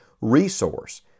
resource